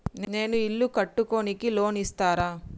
నేను ఇల్లు కట్టుకోనికి లోన్ ఇస్తరా?